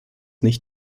nicht